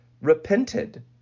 repented